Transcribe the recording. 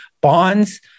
bonds